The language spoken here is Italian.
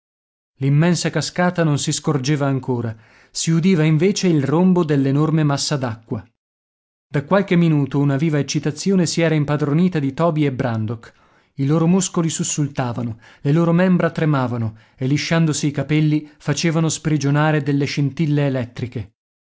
l'immensa cascata non si scorgeva ancora si udiva invece il rombo dell'enorme massa d'acqua da qualche minuto una viva eccitazione si era impadronita di toby e brandok i loro muscoli sussultavano le loro membra tremavano e lisciandosi i capelli facevano sprigionare delle scintille elettriche